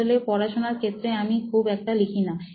আসলে পড়াশোনার ক্ষেত্রে আমি খুব একটা লিখিনা